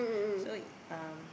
so um